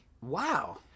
wow